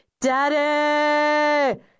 Daddy